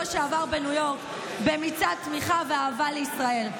שעבר בניו יורק, במצעד תמיכה ואהבה לישראל.